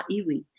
iwi